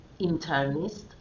internist